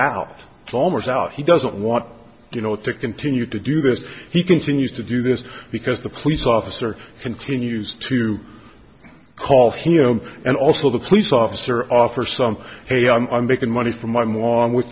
it's almost out he doesn't want you know to continue to do this he continues to do this because the police officer continues to call him and also the police officer offer some hey i'm making money from my mom with